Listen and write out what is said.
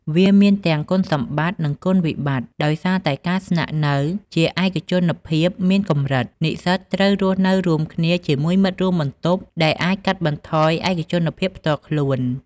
វាមានទាំងគុណសម្បត្តិនិងគុណវិប្បត្តិដោយសារតែការស្នាក់នៅជាឯកជនភាពមានកម្រិត និស្សិតត្រូវរស់នៅរួមគ្នាជាមួយមិត្តរួមបន្ទប់ ដែលអាចកាត់បន្ថយឯកជនភាពផ្ទាល់ខ្លួន។